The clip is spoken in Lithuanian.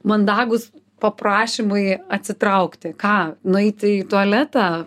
mandagūs paprašymai atsitraukti ką nueiti į tualetą